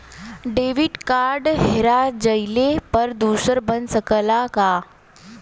Debit card हेरा जइले पर दूसर बन सकत ह का?